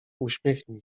uśmiechnij